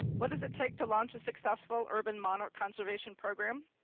what does it take to launch a successful urban monarch conservation program?